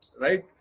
Right